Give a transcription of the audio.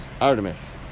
Artemis